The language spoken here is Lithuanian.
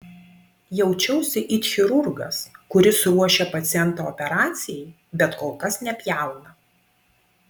jaučiausi it chirurgas kuris ruošia pacientą operacijai bet kol kas nepjauna